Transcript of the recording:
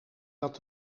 dat